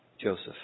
Joseph